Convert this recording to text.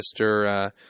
Mr